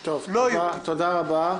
על קוצו של יו"ד לשמירה על פרטיות,